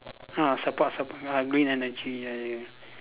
ah support support uh green energy ya ya